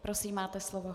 Prosím, máte slovo.